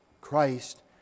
Christ